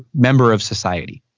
member of society.